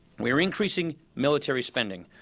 we are increasing military spending.